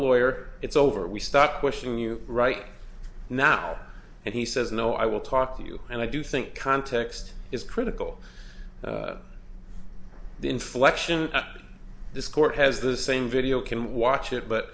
lawyer it's over we start questioning you right now and he says no i will talk to you and i do think context is critical the inflection of this court has the same video can watch it but